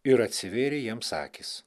ir atsivėrė jiems akys